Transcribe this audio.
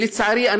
ולצערי,